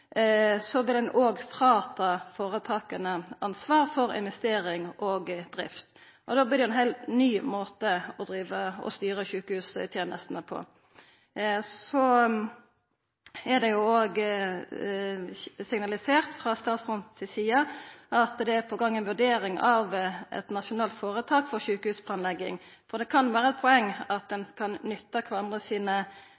Så er det òg signalisert frå statsråden si side at det er på gang ei vurdering av eit nasjonalt føretak for sjukehusplanlegging. Det kan vera eit poeng at ein